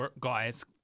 guys